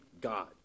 God